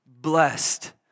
Blessed